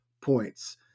points